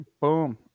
Boom